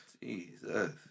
Jesus